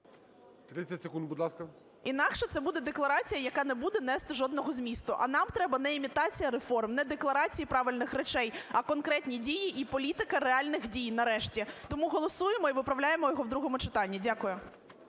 Інакше це буде декларація, яка не буде нести жодного змісту, а нам треба не імітація реформ, не декларації правильних речей, а конкретні дії і політика реальних дій нарешті. Тому голосуємо і виправляємо його в другому читанні. Дякую.